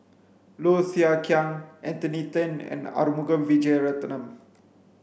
Low Thia Khiang Anthony Then and Arumugam Vijiaratnam